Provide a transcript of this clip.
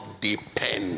depend